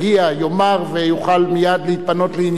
יאמר ויוכל מייד להתפנות לענייניו.